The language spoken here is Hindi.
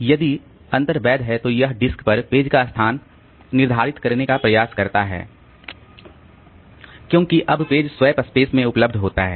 यदि अंतर वैध है तो यह डिस्क पर पेज का स्थान निर्धारित करने का प्रयास करता है क्योंकि अब पेज स्वैप स्पेस में उपलब्ध होता है